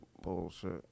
bullshit